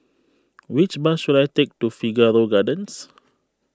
which bus should I take to Figaro Gardens